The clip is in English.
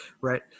right